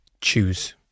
choose